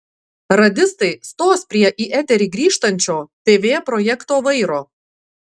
radistai stos prie į eterį grįžtančio tv projekto vairo